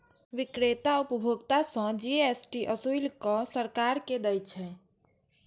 बिक्रेता उपभोक्ता सं जी.एस.टी ओसूलि कें सरकार कें दै छै